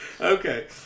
Okay